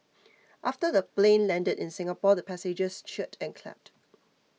after the plane landed in Singapore the passengers cheered and clapped